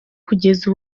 kugeza